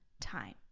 time